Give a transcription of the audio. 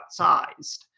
outsized